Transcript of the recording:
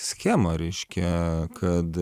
schemą reiškia kad